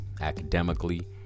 academically